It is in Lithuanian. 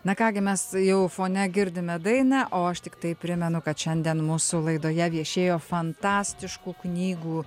na ką gi mes jau fone girdime daina o aš tiktai primenu kad šiandien mūsų laidoje viešėjo fantastiškų knygų